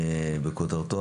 בכותרתו,